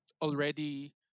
already